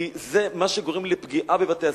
וזה מה שגורם לפגיעה בבתי-הספר,